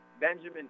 Benjamin